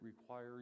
require